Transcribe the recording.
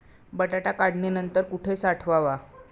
बटाटा काढणी नंतर कुठे साठवावा?